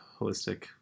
holistic